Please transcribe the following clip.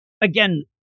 again